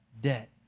debt